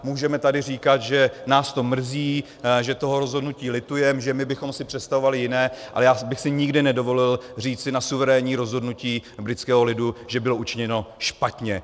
Můžeme tady říkat, že nás to mrzí, že toho rozhodnutí litujeme, že bychom si představovali jiné, ale já bych si nikdy nedovolil říci na suverénní rozhodnutí britského lidu, že bylo učiněno špatně.